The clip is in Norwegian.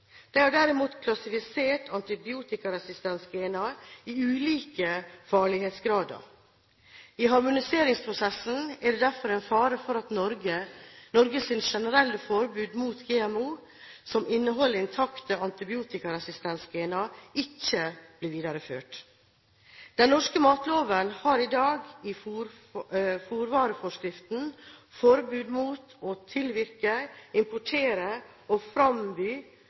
EU har ikke et slikt forbud. Det er derimot klassifisert antibiotikaresistens-DNA i ulike farlighetsgrader. I harmoniseringsprosessen er det derfor en fare for at Norges generelle forbud mot GMO som inneholder intakte antibiotikaresistensgener, ikke blir videreført. Den norske matloven har i dag i fôrvareforskriften forbud mot å tilvirke, importere og framby